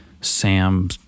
Sam